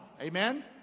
Amen